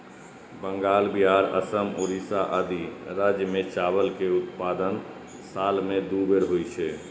बंगाल, बिहार, असम, ओड़िशा आदि राज्य मे चावल के उत्पादन साल मे दू बेर होइ छै